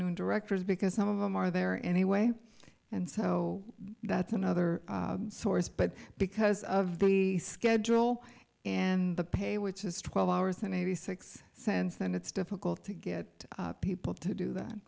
new directors because some of them are there anyway and so that's another source but because of the schedule and the pay which is twelve hours and eighty six cents then it's difficult to get people to do that